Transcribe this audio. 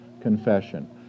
confession